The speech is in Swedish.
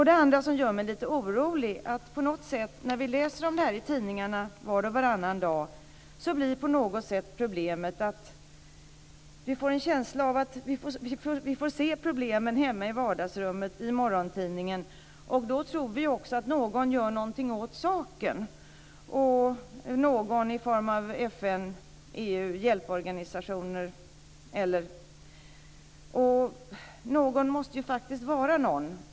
Det andra som gör mig lite orolig är att vi när vi läser om detta i tidningarna var och varannan dag blir problemet på något sätt att vi får se problemen hemma i vardagsrummet och i morgontidningen och att vi då också tror att någon gör någonting åt saken - någon i form av FN, EU eller hjälporganisationer. Någon måste ju faktiskt vara någon.